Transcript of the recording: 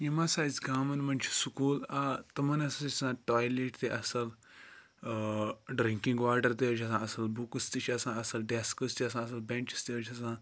یِم ہَسا اَسہِ گامَن منٛز چھِ سکوٗل آ تمَن ہَسا چھِ آسان ٹایلیٹ تہِ اَصٕل ڈِرٛنٛکِنٛگ واٹَر تہِ حظ چھِ آسان اَصٕل بُکٕس تہِ چھِ آسان اَصٕل ڈٮ۪سکٕز تہِ آسان اَصٕل بٮ۪نٛچٕس تہِ حظ چھِ آسان